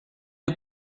شما